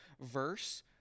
verse